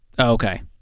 Okay